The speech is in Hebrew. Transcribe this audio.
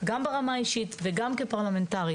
גם ברמה האישית וגם כפרלמנטרית.